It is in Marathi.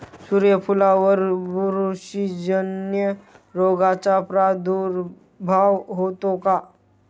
सूर्यफुलावर बुरशीजन्य रोगाचा प्रादुर्भाव होतो का?